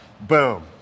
boom